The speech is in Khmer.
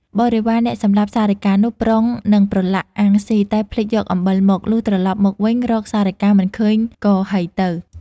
បរិវារអ្នកសម្លាប់សារិកានោះ ប្រុងនឹងប្រឡាក់ អាំងស៊ី តែភ្លេចយកអំបិលមក លុះត្រឡប់មកវិញ រកសារិកាមិនឃើញក៏ហីទៅ ។